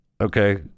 okay